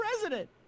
president